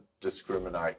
discriminate